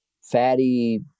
fatty